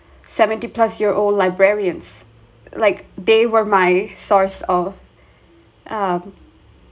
seventy plus year old librarians like they were my source of um